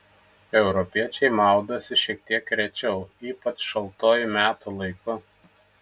europiečiai maudosi šiek tiek rečiau ypač šaltuoju metų laiku